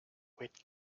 with